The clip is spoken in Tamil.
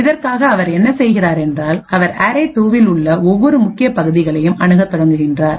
இதற்காக அவர் என்ன செய்கிறார் என்றால் அவர் அரே2 இல் உள்ள ஒவ்வொரு முக்கிய பகுதிகளையும் அணுகத் தொடங்குகிறார்